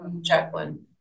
Jacqueline